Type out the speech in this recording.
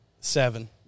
seven